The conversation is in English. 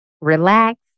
relax